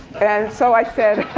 and so i said,